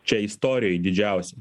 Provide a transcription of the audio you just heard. čia istorijoj didžiausia